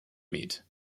meat